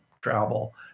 travel